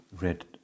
read